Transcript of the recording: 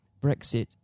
Brexit